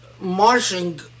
marching